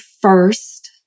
first